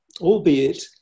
albeit